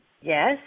Yes